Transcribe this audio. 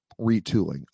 retooling